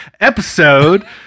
episode